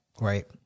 right